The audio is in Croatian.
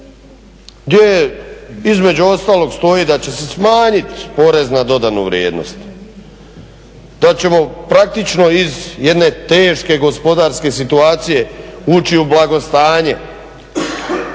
gdje između ostalog stoji da će se smanjit porez na dodanu vrijednost, da ćemo praktično iz jedne teške gospodarske situacije ući u blagostanje.